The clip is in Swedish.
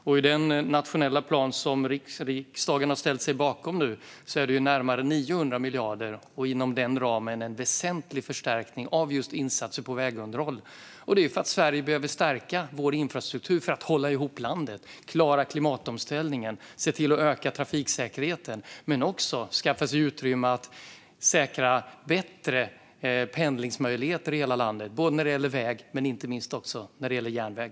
I den nationella plan som riksdagen nu har ställt sig bakom är det närmare 900 miljarder, och inom den ramen är det en väsentlig förstärkning av just insatser för vägunderhåll. Detta görs för att vi i Sverige behöver stärka vår infrastruktur för att hålla ihop landet, klara klimatomställningen och öka trafiksäkerheten. Men det handlar också om att skaffa sig utrymme för att säkra bättre pendlingsmöjligheter i hela landet både när det gäller väg och när det gäller järnväg.